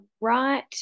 right